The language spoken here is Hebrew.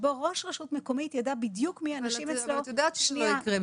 שראש רשות מקומית ידע בדיוק מי האנשים אצלו --- את יודעת שזה לא יקרה,